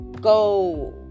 go